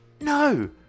No